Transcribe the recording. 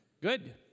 Good